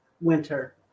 winter